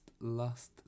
last